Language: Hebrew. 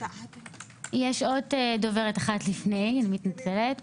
יש עוד דוברת אחת לפני, אני מתנצלת.